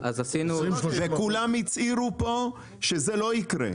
וכולם הצהירו פה שזה לא יקרה.